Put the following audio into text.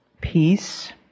peace